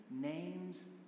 names